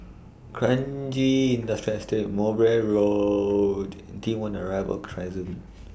Kranji Industrial Estate Mowbray Road T one Arrival Crescent